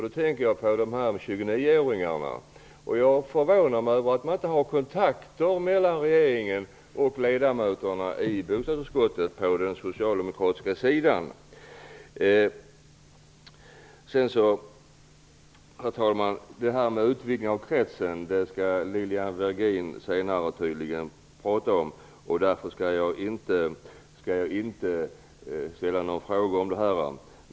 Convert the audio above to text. Då tänker jag på 29-åringarna. Jag förvånar mig över att man inte har kontakter mellan regeringen och de socialdemokratiska ledamöterna i bostadsutskottet. Herr talman! Detta med utvidgning av kretsen skall tydligen Lilian Virgin senare tala om. Därför skall jag inte ställa någon fråga om det.